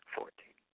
Fourteen